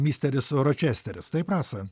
misteris ročesteris taip rasa